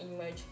image